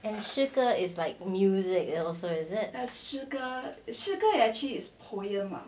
诗歌 is like music you know is it